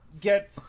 get